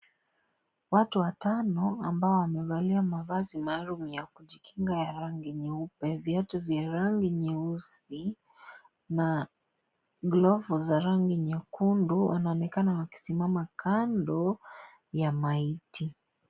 Watu watano ambao wamevalia mavazi maalum ya kujikinga, viatu vya rangi nyeusi na glovu za rangi nyekundu wanaonekana wakisimama kando ya maiti.